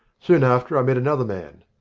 soon after i met another man.